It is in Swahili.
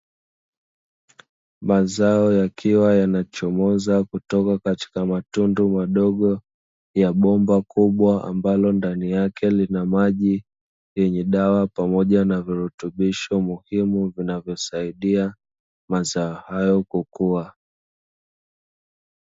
Mazao yakiwa yanachomoza kutoka katika matundu madogo ya bomba kubwa, ambalo ndani yake lina maji yenye dawa pamoja na virutubisho muhimu, vinavyosaidia mazao ayo kukua.